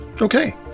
Okay